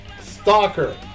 Stalker